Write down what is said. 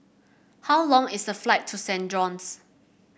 how long is a flight to Saint John's